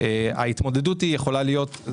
וזה